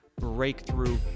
breakthrough